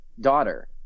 daughter